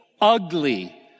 ugly